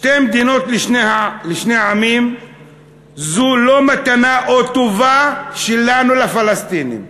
שתי מדינות לשני העמים זו לא מתנה או טובה שלנו לפלסטינים.